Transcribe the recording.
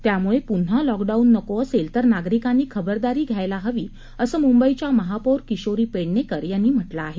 त्यामुळे पुन्हा लॉकडाऊन नको असेल तर नागरिकांनी खबरदारी घ्यायला हवी असं मुंबईच्या महापौर किशोरी पेडणेकर यांनी म्हटलं आहे